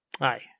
Aye